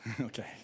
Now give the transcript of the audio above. Okay